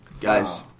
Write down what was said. Guys